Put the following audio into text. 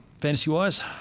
fantasy-wise